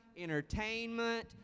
entertainment